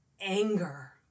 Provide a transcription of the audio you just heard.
anger